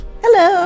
Hello